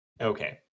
Okay